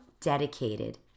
dedicated